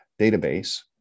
database